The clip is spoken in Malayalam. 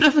പ്രൊഫ